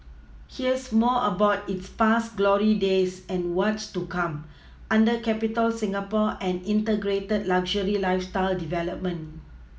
here's more about its past glory days and what's to come under Capitol Singapore an Integrated luxury lifeStyle development